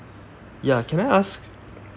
ya can I ask